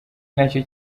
nacyo